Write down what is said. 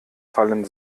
fallen